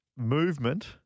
Movement